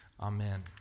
Amen